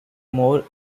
more